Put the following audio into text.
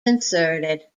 inserted